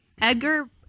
edgar